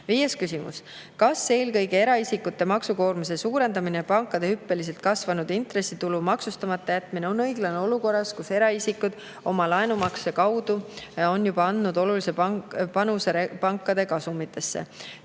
Viies küsimus: "Kas eelkõige eraisikute maksukoormuse suurendamine ja pankade hüppeliselt kasvanud intressitulu maksustamata jätmine on õiglane olukorras, kus eraisikud on oma laenumaksete kaudu juba andnud olulise panuse pankade rekordkasumitesse?"